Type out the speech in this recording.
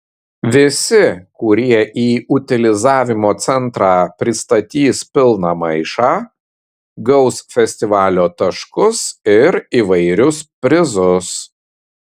visi kurie į utilizavimo centrą pristatys pilną maišą gaus festivalio taškus ir įvairius prizus